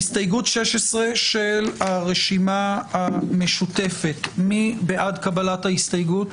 הסתייגות 16 של הרשימה המשותפת מי בעד קבלת ההסתייגות,